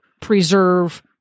preserve